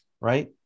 right